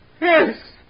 Yes